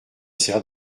sert